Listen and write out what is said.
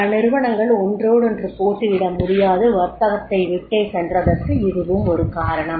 பல நிறுவனங்கள் ஒன்றொடொன்று போட்டியிட முடியாது வர்த்தகத்தைவிட்டே சென்றதற்கு இதுவும் ஒரு காரணம்